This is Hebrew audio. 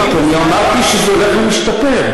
אני גם אמרתי שזה הולך ומשתפר,